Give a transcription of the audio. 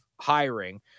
hiring